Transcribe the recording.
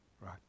right